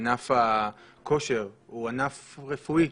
ענף הכושר הוא ענף רפואי,